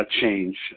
change